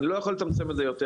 אני לא יכול לצמצם את זה יותר,